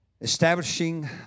Establishing